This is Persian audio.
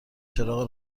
چراغ